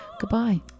Goodbye